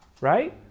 right